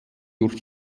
durch